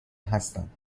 هستم